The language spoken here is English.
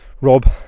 Rob